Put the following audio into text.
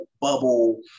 bubble